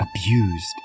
abused